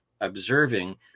observing